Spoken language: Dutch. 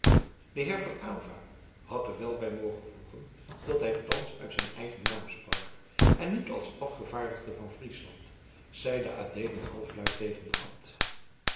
de heer van aylva had er wel bij mogen voegen dat hij thans uit zijn eigen naam sprak en niet als afgevaardigde van friesland zeide adeelen halfluid tegen den abt